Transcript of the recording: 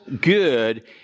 good